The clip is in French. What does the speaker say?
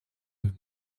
eux